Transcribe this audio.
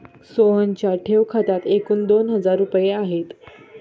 सोहनच्या ठेव खात्यात एकूण दोन हजार रुपये आहेत